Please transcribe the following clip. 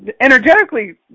energetically